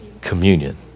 Communion